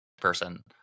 person